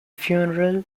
funeral